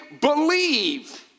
believe